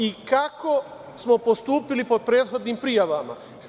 I kako smo postupili po prethodnim prijavama?